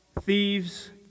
thieves